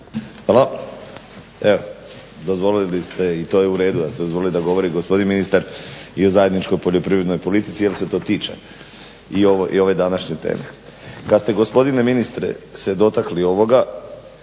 Hvala. Dozvolili ste i to je u redu da ste dozvolili da govori gospodin ministar i o zajedničkoj poljoprivrednoj politici jer se to tiče i ove današnje teme. Kad ste gospodine ministre se dotakli ovoga,